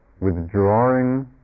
withdrawing